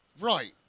Right